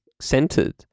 centered